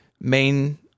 main